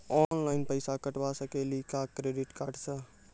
Online पैसा कटवा सकेली का क्रेडिट कार्ड सा?